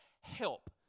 help